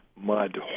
mud